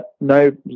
no